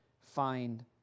find